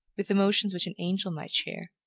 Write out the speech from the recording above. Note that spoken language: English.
with emotions which an angel might share.